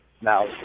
Now